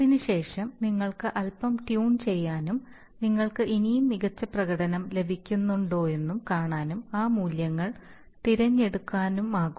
അതിനുശേഷം നിങ്ങൾക്ക് അൽപ്പം ട്യൂൺ ചെയ്യാനും നിങ്ങൾക്ക് ഇനിയും മികച്ച പ്രകടനം ലഭിക്കുന്നുണ്ടോയെന്നും കാണാനും ആ മൂല്യങ്ങൾ തിരഞ്ഞെടുക്കാനുമാകും